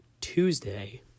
Tuesday